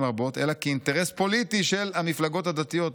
רבות אלא כאינטרס פוליטי של המפלגות הדתיות.